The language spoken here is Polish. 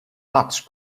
patrz